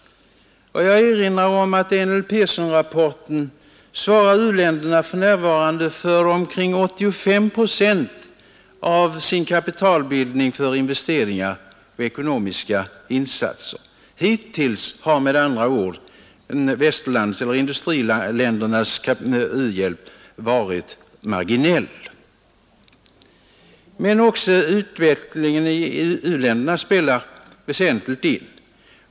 Jag erinrar om att enligt Pearsonrapporten svarar u-länderna för närvarande för omkring 85 procent av sin kapitalbildning för investeringar och ekonomiska insatser. Hittills har med andra ord industriländernas u-hjälp varit marginell. Men också utvecklingen i u-länderna spelar väsentligt in.